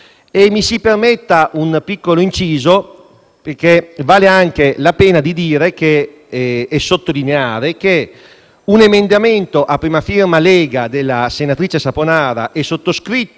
Mi si permetta un piccolo inciso, perché vale anche la pena sottolineare che un emendamento a prima firma della senatrice Saponara del nostro